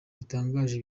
bitangaje